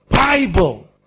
Bible